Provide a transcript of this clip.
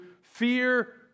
fear